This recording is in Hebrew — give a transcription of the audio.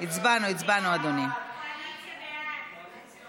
סעיפים 14 16, כהצעת